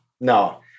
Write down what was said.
No